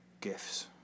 gifts